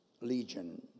legion